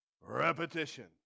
repetition